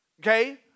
Okay